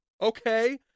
okay